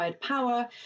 power